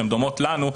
שדומות לשלנו,